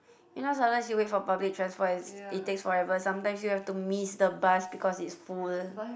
you know sometimes you wait for public transport is it takes forever sometimes you have to miss the bus because it's full